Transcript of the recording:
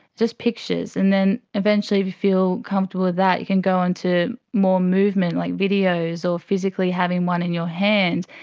just pictures. and then eventually if you feel comfortable with that you can go on to more movement, like videos, or physically having one in your hand.